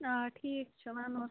آ ٹھیٖک چھِ وَنوس